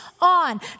on